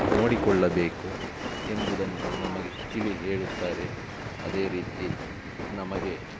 ನೋಡಿಕೊಳ್ಳಬೇಕು ಎಂಬುದನ್ನು ನಮಗೆ ತಿಳಿಹೇಳುತ್ತಾರೆ ಅದೇ ರೀತಿ ನಮಗೆ